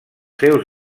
seus